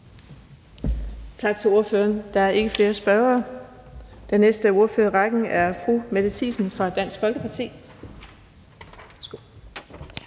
Tak til ordføreren. Der er ikke flere spørgere. Den næste i ordførerrækken er fru Mette Thiesen fra Dansk Folkeparti. Kl.